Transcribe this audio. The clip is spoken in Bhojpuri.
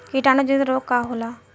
कीटाणु जनित रोग का होला?